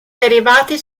derivati